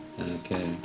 Okay